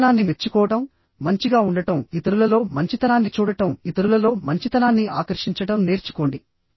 మంచితనాన్ని మెచ్చుకోవడం మంచిగా ఉండటం ఇతరులలో మంచితనాన్ని చూడటం ఇతరులలో మంచితనాన్ని ఆకర్షించడం నేర్చుకోండి